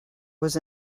was